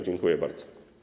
Dziękuję bardzo.